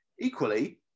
Equally